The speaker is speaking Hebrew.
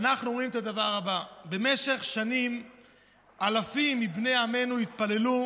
ואנחנו אומרים את הדבר הבא: במשך שנים אלפים מבני עמנו התפללו